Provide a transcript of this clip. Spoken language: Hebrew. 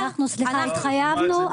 סליחה, התחייבנו.